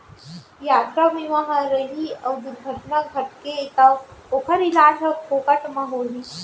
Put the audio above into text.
यातरा बीमा ह रही अउ दुरघटना घटगे तौ ओकर इलाज ह फोकट म होही